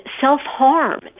self-harm